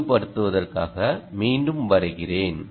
தெளிவுபடுத்துவதற்காக மீண்டும் வரைகிறேன்